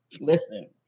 listen